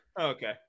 Okay